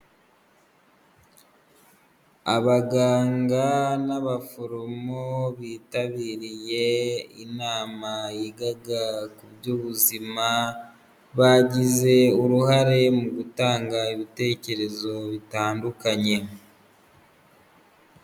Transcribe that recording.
Abaganga n'abaforomo bitabiriye inama yigaga ku by'ubuzima, bagize uruhare mu gutanga ibitekerezo bitandukanye.